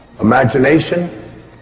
Imagination